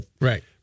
Right